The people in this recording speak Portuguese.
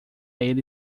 ele